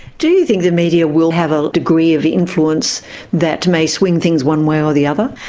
do you think the media will have a degree of influence that may swing things one way or the other?